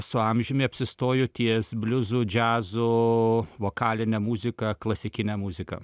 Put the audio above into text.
su amžiumi apsistojo ties bliuzu džiazu vokaline muzika klasikine muzika